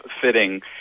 fitting